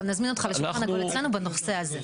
גם נזמין אתכם לשולחן אצלנו בנושא הזה.